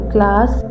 Class